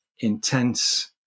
intense